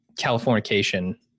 Californication